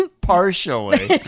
Partially